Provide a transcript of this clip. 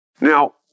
Now